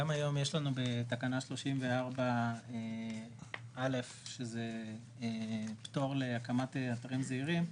גם היום יש לנו בתקנה 34 א שזה פטור להקמת אתרים זעירים,